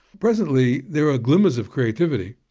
presently there are glimmers of creativity.